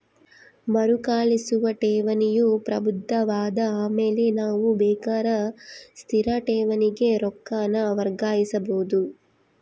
ಮರುಕಳಿಸುವ ಠೇವಣಿಯು ಪ್ರಬುದ್ಧವಾದ ಆಮೇಲೆ ನಾವು ಬೇಕಾರ ಸ್ಥಿರ ಠೇವಣಿಗೆ ರೊಕ್ಕಾನ ವರ್ಗಾಯಿಸಬೋದು